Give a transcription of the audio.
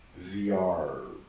VR